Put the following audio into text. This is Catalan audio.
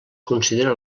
considera